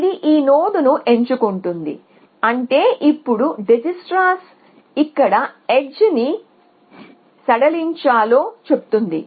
ఇది ఈ నోడ్ను ఎంచుకుంటుంది అంటే ఇప్పుడు డిజేక్స్ట్రాస్ ఇక్కడ ఎడ్జ్ ని సడలించాలో చెబుతుంది